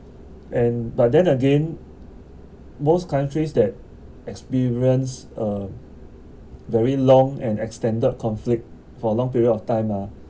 and but then again most countries that experience a very long and extended conflict for long period of time ah